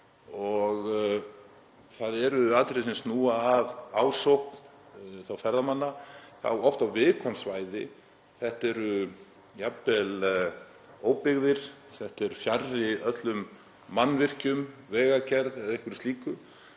Það eru atriði sem snúa að ásókn ferðamanna, þá oft á viðkvæm svæði. Þetta eru jafnvel óbyggðir, fjarri öllum mannvirkjum, vegagerð eða einhverju slíku.